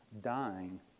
dying